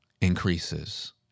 increases